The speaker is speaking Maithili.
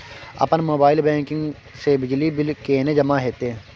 अपन मोबाइल बैंकिंग से बिजली बिल केने जमा हेते?